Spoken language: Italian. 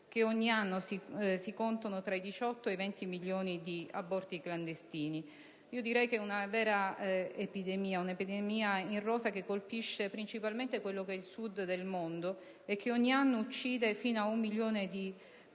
che ogni anno si contano tra i 18 e i 20 milioni di aborti clandestini. Direi che si tratta di una vera epidemia, un'epidemia in rosa che colpisce principalmente il Sud del mondo e che ogni anno uccide fino ad un milione di future